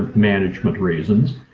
management reasons,